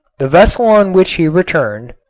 the vessel on which he returned,